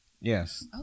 Yes